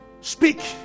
Speak